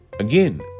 Again